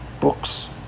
books